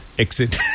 exit